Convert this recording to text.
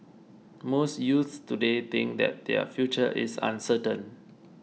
most youths today think that their future is uncertain